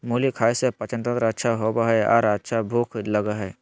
मुली खाय से पाचनतंत्र अच्छा होबय हइ आर अच्छा भूख लगय हइ